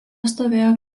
stovėjo